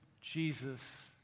Jesus